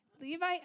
Levi